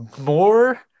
more –